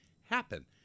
happen